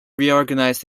reorganized